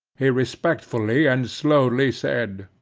he respectfully and slowly said,